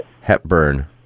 Hepburn